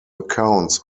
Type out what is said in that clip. accounts